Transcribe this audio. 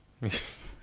Yes